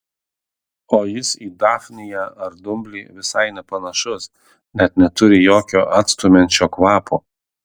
o jis į dafniją ar dumblį visai nepanašus net neturi jokio atstumiančio kvapo